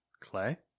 Clay